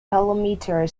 kilometer